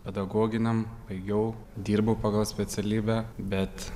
pedagoginiam baigiau dirbau pagal specialybę bet